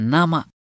Nama